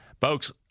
Folks